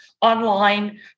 online